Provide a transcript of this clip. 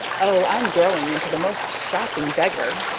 oh, i'm growing into the most shocking beggar!